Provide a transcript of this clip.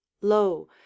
lo